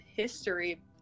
history